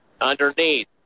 Underneath